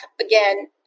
again